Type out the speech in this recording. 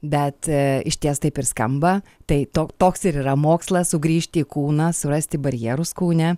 bet išties taip ir skamba tai to toks ir yra mokslas sugrįžti į kūną surasti barjerus kūne